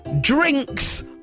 drinks